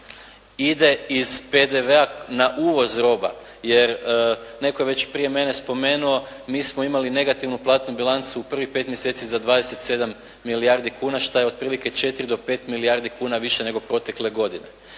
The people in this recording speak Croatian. ide iz PDV-a na uvoz roba. Jer netko je već prije mene spomenuo mi smo imali negativnu platnu bilancu u prvih 5 mjeseci za 27 milijardi kuna šta je otprilike 4 do 5 milijardi kuna više nego protekle godine.